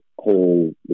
whole